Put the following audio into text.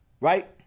right